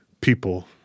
people